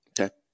Okay